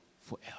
forever